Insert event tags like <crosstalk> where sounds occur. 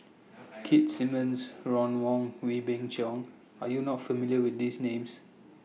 <noise> Keith Simmons Ron Wong Wee Beng Chong Are YOU not familiar with These Names